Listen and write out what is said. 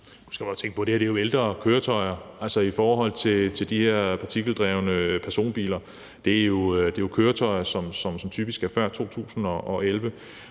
det her er ældre køretøjer, altså i forhold til de her partikeldrevne personbiler. Det er køretøjer, som typisk er fra før 2011.